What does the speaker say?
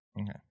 Okay